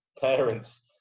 parents